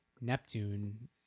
Neptune